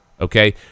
Okay